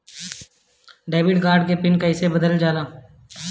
Debit card के PIN कईसे बदलल जाला?